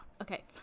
Okay